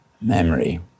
memory